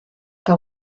que